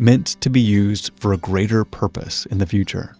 meant to be used for a greater purpose in the future